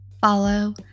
follow